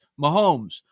Mahomes